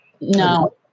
no